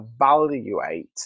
evaluate